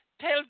tell